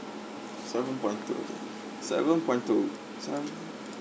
seven point two okay seven point two seven